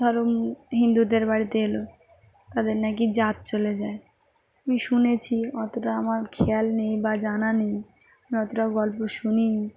ধরুন হিন্দুদের বাড়িতে এলো তাদের নাকি জাত চলে যায় আমি শুনেছি অতটা আমার খেয়াল নেই বা জানা নেই আমি অতটা গল্প শুনিনি